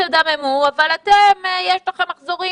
תדממו אבל לכם יש מחזורים,